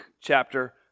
chapter